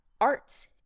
art